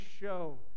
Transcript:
show